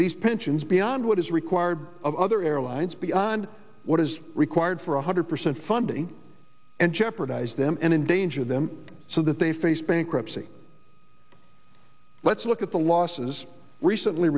these pensions beyond what is required of other airlines beyond what is required for one hundred percent funding and jeopardize them and in danger them so that they face bankruptcy let's look at the losses recently